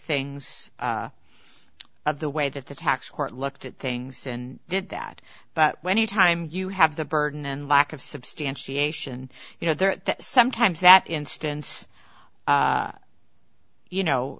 things of the way that the tax court looked at things and did that but when you time you have the burden and lack of substantiation you know that sometimes that instance you know